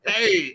Hey